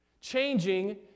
changing